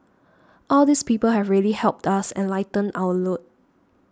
all these people have really helped us and lightened our load